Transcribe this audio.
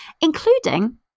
including